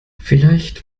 vielleicht